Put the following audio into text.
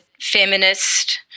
feminist